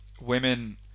women